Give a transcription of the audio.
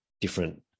different